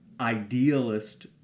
idealist